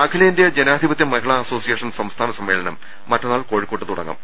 അഖിലേന്ത്യാ ജനാധിപത്യ മഹിളാ അസോസിയേഷൻ സംസ്ഥാന സമ്മേളനം മറ്റന്നാൾ കോഴിക്കോട്ട് ആരംഭിക്കും